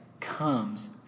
comes